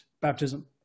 baptism